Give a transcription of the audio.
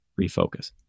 refocus